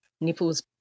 nipples